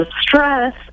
stress